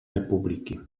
republiky